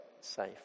safe